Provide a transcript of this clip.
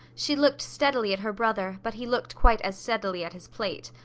she looked steadily at her brother, but he looked quite as steadily at his plate.